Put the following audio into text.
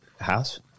house